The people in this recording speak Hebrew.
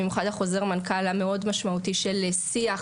במיוחד חוזר מנכ"ל המאוד משמעותי של שיח